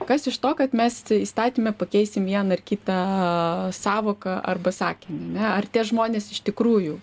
kas iš to kad mes įstatyme pakeisim vieną ar kitą sąvoką arba sakinį ane ar tie žmonės iš tikrųjų